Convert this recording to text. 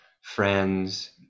friends